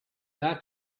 that